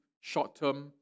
short-term